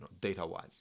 data-wise